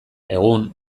egun